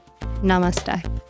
Namaste